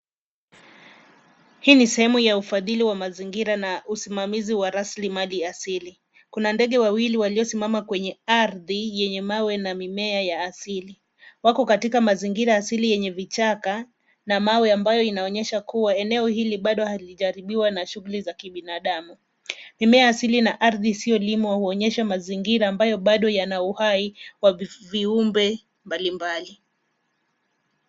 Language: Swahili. Hii ni sehemu ya ufadhili wa mazingira na usimamizi wa rasilimali asili. Kuna ndege wawili waliosimama kwenye ardhi yenye mawe na mimea ya asili. Wako katika mazingira asili yenye vichaka na mawe ambayo inaonyesha kuwa eneo hili bado halijaaribiwa na shughuli za kibinadamu. Mimea asili na ardhi isiyolimwa huonyesha mazingira ambayo bado yana uhai wa viumbe mbalimbali.